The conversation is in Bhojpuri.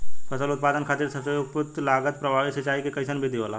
फसल उत्पादन खातिर सबसे उपयुक्त लागत प्रभावी सिंचाई के कइसन विधि होला?